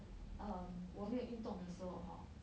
um 我没有运动的时候 hor